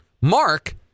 Mark